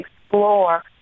explore